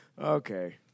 Okay